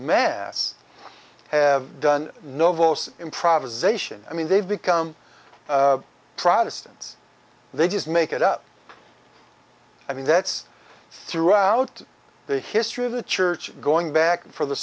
mass have done no voce improvisation i mean they've become protestants they just make it up i mean that's throughout the history of the church going back for the